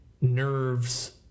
nerves